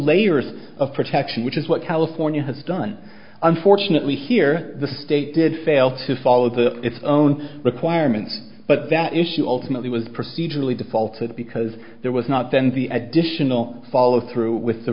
layers of protection which is what california has done unfortunately here the state did fail to follow the its own requirements but that issue ultimately was procedurally defaulted because there was not then the additional follow through with the